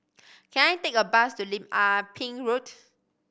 can I take a bus to Lim Ah Pin Road